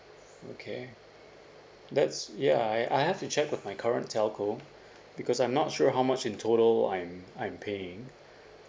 okay that's ya I I have to check with my current telco because I'm not sure how much in total I'm I'm paying